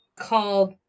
called